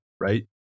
right